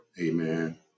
Amen